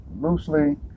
loosely